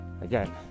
again